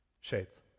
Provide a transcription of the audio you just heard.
Shades